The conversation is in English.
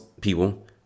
people